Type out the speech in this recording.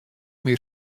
mear